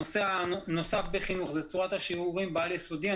הנושא הנוסף בחינוך הוא צורך השילובים בעל יסודי.